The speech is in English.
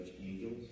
angels